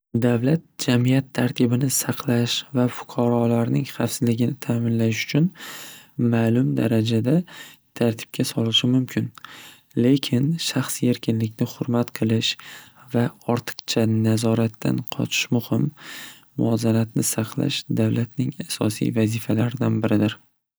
Davlat - jamiyat tartibini saqlash va fuqarolarning xavfsizlikini ta'minlash uchun ma'lum darajada tartibga solishi mumkin. Lekin shaxsiy erkinlikni xurmat qilish va ortiqcha nazoratdan qochish muhim. Muvozanatni saqlash davlatning asosiy vazifalaridan biridir.